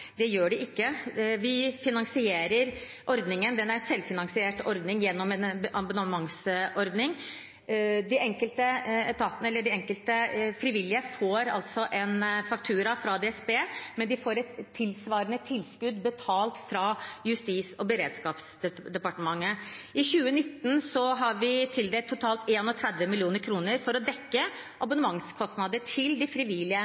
Det gjør de ikke. Vi finansierer ordningen. Det er en selvfinansiert ordning gjennom en abonnementsordning. De enkelte frivillige får en faktura fra DSB, men de får et tilsvarende tilskudd betalt av Justis- og beredskapsdepartementet. I 2019 har vi tildelt totalt 31 mill. kr for å dekke abonnementskostnader til de frivillige